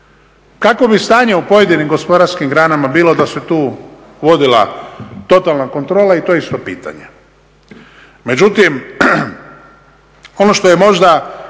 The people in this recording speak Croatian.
Kakvo bi stanje u pojedinim gospodarskim granama bilo da se tu vodila totalna kontrola i to je isto pitanje.